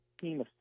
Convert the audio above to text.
team